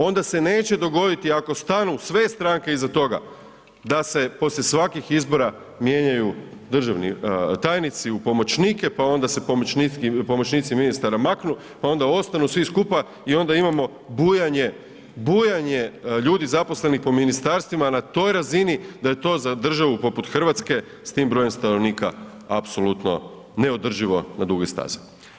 Onda se neće dogoditi ako stanu sve stranke iza toga da se poslije svakih izbora mijenjaju državni tajnici u pomoćnike, pa onda se pomoćnici ministara maknu, pa onda ostanu svi skupa i onda imamo bujanje, bujanje ljudi zaposlenih po ministarstvima na toj razini da je to za državu poput Hrvatske s tim brojem stanovnika apsolutno neodrživo na duge staze.